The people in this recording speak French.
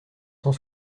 cent